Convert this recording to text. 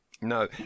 No